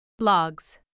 Blogs